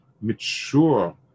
mature